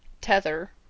tether